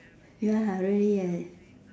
ya really eh